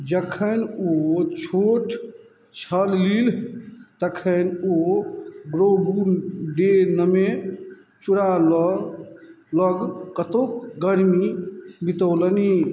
जखन उ छोट छलीह तखन ओ ग्रोबुण्डेनमे चुरा लग लग कतौक गरमी बितौलनि